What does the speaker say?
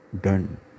done